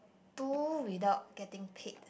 do without getting paid